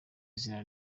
izina